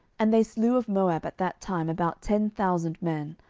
and they slew of moab at that time about ten thousand men,